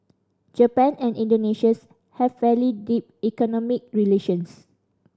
Japan and Indonesia's have fairly deep economic relations